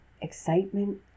excitement